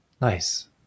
Nice